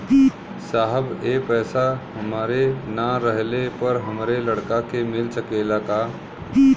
साहब ए पैसा हमरे ना रहले पर हमरे लड़का के मिल सकेला का?